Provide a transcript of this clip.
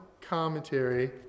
commentary